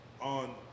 on